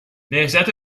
نهضت